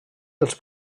dels